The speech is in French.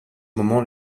moment